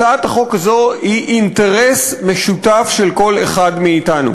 הצעת החוק הזאת היא אינטרס משותף של כל אחד מאתנו.